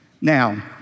Now